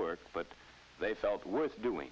work but they felt worth doing